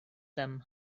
them